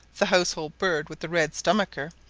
the household-bird with the red stomacher,